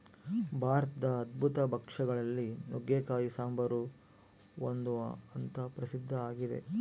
ಭಾರತದ ಅದ್ಭುತ ಭಕ್ಷ್ಯ ಗಳಲ್ಲಿ ನುಗ್ಗೆಕಾಯಿ ಸಾಂಬಾರು ಒಂದು ಅಂತ ಪ್ರಸಿದ್ಧ ಆಗಿದೆ